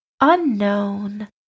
unknown